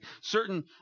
certain